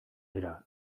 dira